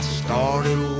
started